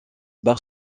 bar